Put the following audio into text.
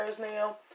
now